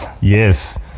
Yes